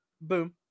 boom